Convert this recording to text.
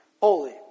holy